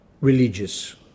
religious